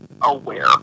aware